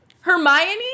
Hermione